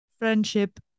friendship